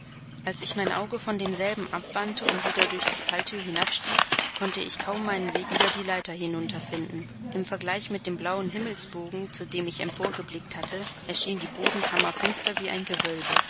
als ich mein auge von demselben abwandte und wieder durch die fallthür hinabstieg konnte ich kaum meinen weg über die leiter hinunter finden im vergleich mit dem blauen himmelsbogen zu dem ich empor geblickt hatte erschien die bodenkammer finster wie ein gewölbe